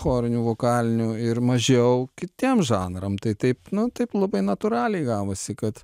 chorinių vokalinių ir mažiau kitiem žanram tai taip nu taip labai natūraliai gavosi kad